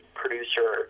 producer